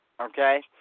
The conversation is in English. okay